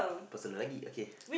err the person lagi okay